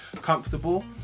comfortable